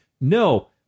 No